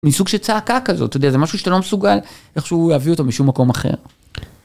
מסוג של צעקה כזאת, אתה יודע, זה משהו שאתה לא מסוגל איך שהוא להביא אותו משום מקום אחר.